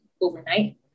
overnight